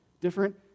Different